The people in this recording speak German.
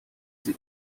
sie